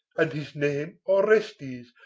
and his name orestes,